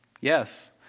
yes